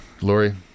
Lori